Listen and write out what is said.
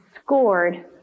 scored